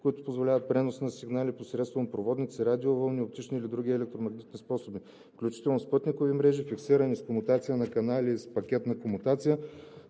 които позволяват пренос на сигнали посредством проводници, радиовълни, оптични или други електромагнитни способи, включително спътникови мрежи, фиксирани (с комутация на канали и с пакетна комутация,